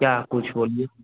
क्या कुछ बोलिए